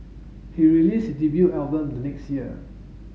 he released his debut album the next year